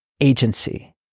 agency